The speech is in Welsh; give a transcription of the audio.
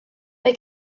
mae